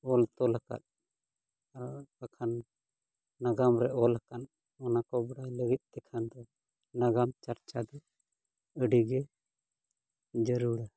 ᱚᱞ ᱛᱚᱞ ᱟᱠᱟᱫ ᱱᱟᱜᱟᱢ ᱨᱮ ᱚᱞ ᱟᱠᱟᱱ ᱚᱱᱟ ᱠᱚ ᱵᱟᱲᱟᱭ ᱞᱟᱹᱜᱤᱫ ᱛᱮᱠᱷᱟᱱ ᱫᱚ ᱱᱟᱜᱟᱢ ᱪᱟᱨᱪᱟ ᱫᱚ ᱟᱹᱰᱤ ᱜᱮ ᱡᱟᱹᱨᱩᱲᱟ